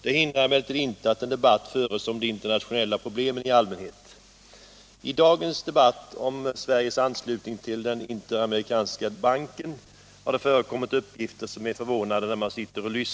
Det hindrar emellertid inte att en debatt förs om de internationella problemen i allmänhet. I dagens debatt om Sveriges anslutning till Interamerikanska banken har det förekommit uppgifter som är förvånande.